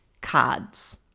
cards